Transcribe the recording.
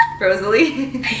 Rosalie